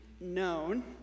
known